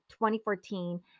2014